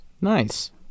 nice